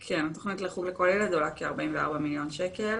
כן, התוכנית חוג לכל ילד עולה כ-44 מיליון שקל.